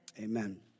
Amen